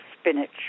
spinach